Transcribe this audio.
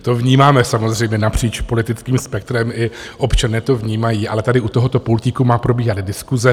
To vnímáme samozřejmě napříč politickým spektrem, i občané to vnímají, ale tady u tohoto pultíku má probíhat diskuse.